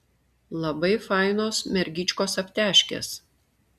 labai fainos mergyčkos aptežkės